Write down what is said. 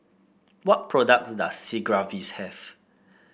what products does Sigvaris have